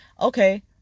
okay